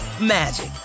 magic